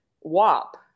WAP